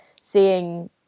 seeing